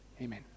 Amen